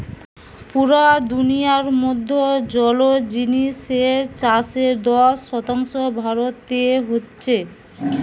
পুরা দুনিয়ার মধ্যে জলজ জিনিসের চাষের দশ শতাংশ ভারতে হচ্ছে